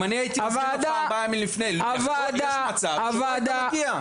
אם אני הייתי מוזמן ארבעה ימים לפני יש מצב שלא יכולתי להגיע.